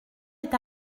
est